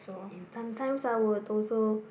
and sometimes I will also